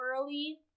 early